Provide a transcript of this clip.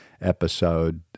episode